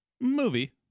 Movie